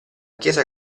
chiesa